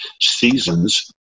seasons